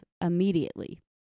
immediately